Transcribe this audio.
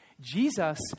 Jesus